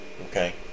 Okay